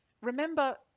Remember